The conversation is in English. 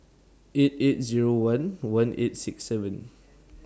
eight eight Zero one one eight six seven